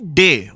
day